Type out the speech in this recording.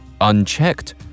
Unchecked